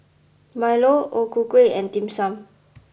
Milo O Ku Kueh and Dim Sum